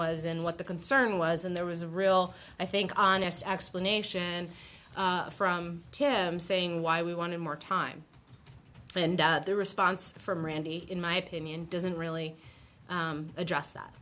was and what the concern was and there was a real i think honest explanation from tim saying why we wanted more time and the response from randy in my opinion doesn't really address that